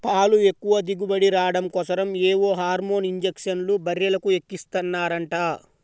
పాలు ఎక్కువ దిగుబడి రాడం కోసరం ఏవో హార్మోన్ ఇంజక్షన్లు బర్రెలకు ఎక్కిస్తన్నారంట